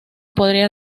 podría